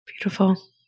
Beautiful